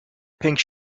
pink